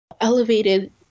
elevated